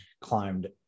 climbed